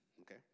okay